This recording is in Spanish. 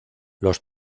los